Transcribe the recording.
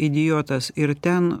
idiotas ir ten